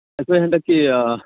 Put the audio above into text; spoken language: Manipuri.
ꯑꯩꯈꯣꯏ ꯍꯟꯗꯛꯀꯤ